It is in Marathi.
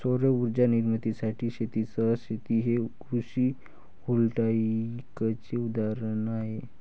सौर उर्जा निर्मितीसाठी शेतीसह शेती हे कृषी व्होल्टेईकचे उदाहरण आहे